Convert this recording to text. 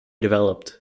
developed